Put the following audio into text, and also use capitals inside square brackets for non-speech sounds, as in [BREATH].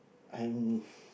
I'm [BREATH]